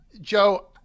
Joe